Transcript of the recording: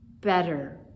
Better